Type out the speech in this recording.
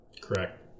Correct